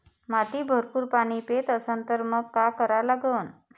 माती भरपूर पाणी पेत असन तर मंग काय करा लागन?